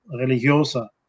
religiosa